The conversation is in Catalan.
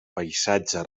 paisatge